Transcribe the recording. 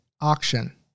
auction